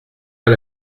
pas